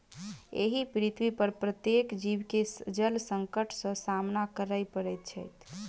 एहि पृथ्वीपर प्रत्येक जीव के जल संकट सॅ सामना करय पड़ैत छै